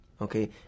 okay